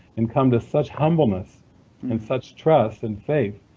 and come to such humbleness and such trust and faith.